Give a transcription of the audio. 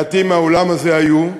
מעטים מהאולם הזה היו,